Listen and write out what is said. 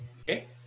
okay